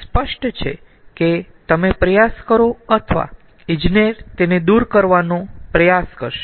સ્પષ્ટ છે કે તમે પ્રયાસ કરો અથવા ઇજનેર તેને દૂર કરવાનો પ્રયાસ કરશે